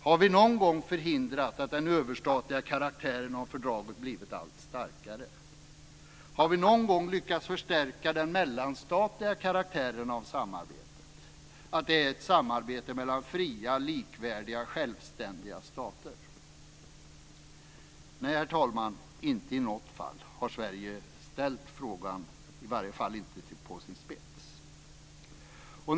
Har vi någon gång förhindrat att den överstatliga karaktären på fördraget har blivit starkare? Har vi någon gång lyckats förstärka den mellanstatliga karaktären på samarbetet, att det är ett samarbete mellan fria, likvärdiga, självständiga stater? Nej, herr talman, inte i något fall har Sverige ställt frågan - i varje fall inte på sin spets.